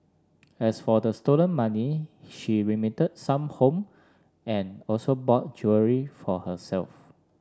as for the stolen money she remitted some home and also bought jewellery for herself